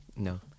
No